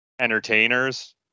entertainers